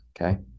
Okay